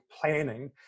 planning